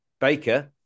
Baker